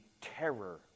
terror